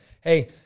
hey